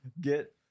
get